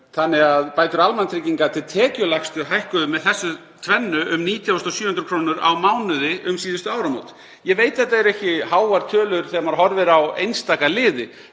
þannig að bætur almannatrygginga til þeirra tekjulægstu hækkuðu með þessu tvennu um 19.700 kr. á mánuði um síðustu áramót. Ég veit þetta eru ekki háar tölur þegar maður horfir á einstaka liði